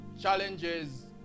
challenges